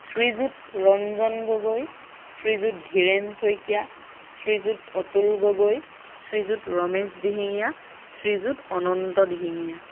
Srijut Ranjan Gogoi Shrijut Dhiren Saikia Shrijut Atul Gogoi Shrijut Ramesh Dihingia Shrijut Ananta Dihingia